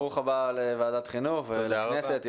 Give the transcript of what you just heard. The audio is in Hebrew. ברוך הבא לוועדת החינוך ולכנסת.